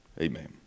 Amen